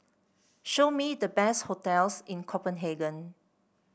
show me the best hotels in Copenhagen